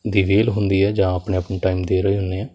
ਦੀ ਵਿਹਲ ਹੁੰਦੀ ਹੈ ਜਾਂ ਆਪਣੇ ਆਪ ਨੂੰ ਟਾਈਮ ਦੇ ਰਹੇ ਹੁੰਦੇ ਹਾਂ